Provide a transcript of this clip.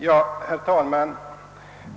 Herr talman!